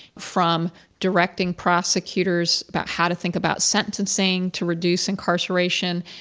from directing prosecutors about how to think about sentencing to reduce incarceration,